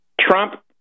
Trump